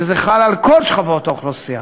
שזה חל על כל שכבות האוכלוסייה.